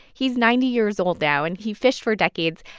he's ninety years old now, and he fished for decades.